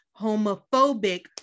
homophobic